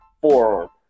forearm